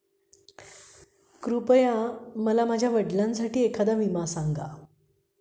कृपया मला माझ्या वडिलांसाठी एखादा विमा सांगा